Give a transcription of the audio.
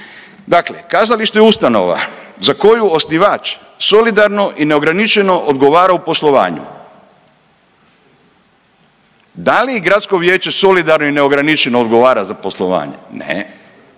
Dakle, kazalište je ustanova za koju osnivač solidarno i neograničeno odgovara u poslovanju. Da li i gradsko vijeće solidarno i neograničeno odgovara za poslovanje? Ne,